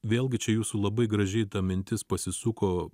vėlgi čia jūsų labai gražiai ta mintis pasisuko